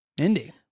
Indy